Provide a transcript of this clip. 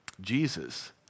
Jesus